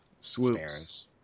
Swoops